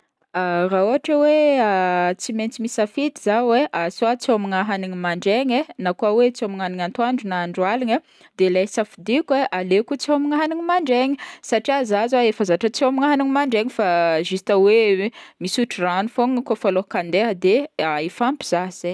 Raha ôhatra hoe tsy maintsy misafidy zaho hoe soit tsy hômagna hagniny mandraigny, na koa hoe tsy hômagna hagniny antoandro na andro aligny de le safidiko aleoko tsy hômagna hanigny mandraigny satria zaho zao efa zatra tsy hômagny hagniny mandraigny fa juste hoe- hoe misotro ragno fogna kaofa alohako andeha de fa ampy zaho zegny.